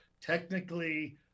technically